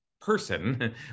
person